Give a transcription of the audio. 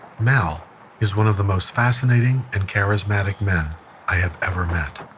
mal is one of the most fascinating and charismatic men i have ever met.